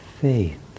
faith